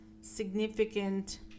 significant